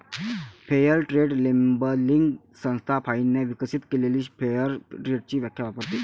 fair trade labelling संस्था फाइनने विकसित केलेली फेअर ट्रेडची व्याख्या वापरते